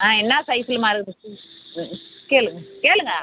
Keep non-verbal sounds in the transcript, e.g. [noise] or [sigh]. ஆ என்ன சைஸ்லமா இருக்குது [unintelligible] கேளுங்கள் கேளுங்கள்